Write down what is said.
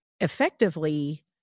effectively